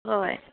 हय